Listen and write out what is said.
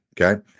Okay